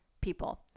people